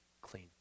clean